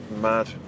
mad